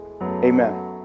amen